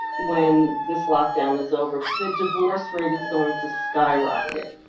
when this lockdown is over, the divorce rate is going to skyrocket.